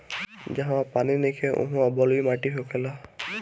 जहवा पानी नइखे उहा बलुई माटी होखेला